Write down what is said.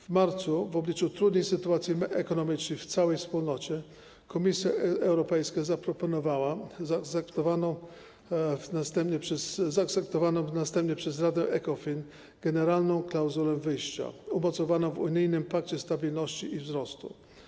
W marcu w obliczu trudnej sytuacji ekonomicznej w całej wspólnocie Komisja Europejska zaproponowała zaakceptowaną następnie przez radę ECOFIN generalną klauzulę wyjścia umocowaną w unijnym pakcie stabilności i wzrostu.